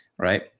right